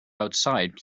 outside